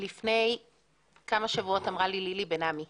לפני כמה שבועות אמרה לי לילי בן עמי,